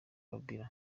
kabila